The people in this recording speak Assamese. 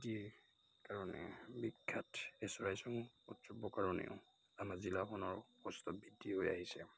কাৰণে বিখ্যাত এই চৰাইচোং উৎসৱৰ কাৰণেও আমাৰ জিলাখনৰ কষ্ট বৃদ্ধি হৈ আহিছে